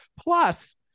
Plus